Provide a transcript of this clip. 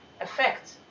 effect